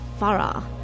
Farah